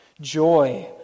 joy